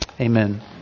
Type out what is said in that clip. Amen